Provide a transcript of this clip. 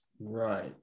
Right